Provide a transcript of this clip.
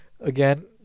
again